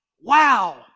wow